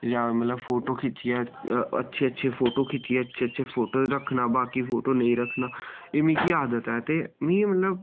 यां मतलब फोटो खिच्चियै अच्छे अच्छे फोटो खिच्चियै अच्छे अच्छे फोटो रक्खना बाकि फोटो नेईं रक्खना एह् मिकी आदत ऐ ते मि मतलब